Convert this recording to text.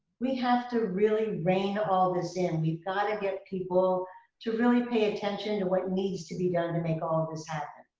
we have to really reign all this in. we've got to get people to really pay attention to what needs to be done to make all this happen.